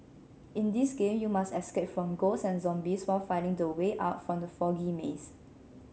in this game you must escape from ghosts and zombies while finding the way out from the foggy maze